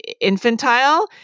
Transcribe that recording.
infantile